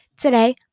Today